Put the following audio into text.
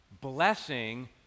blessing